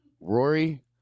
Rory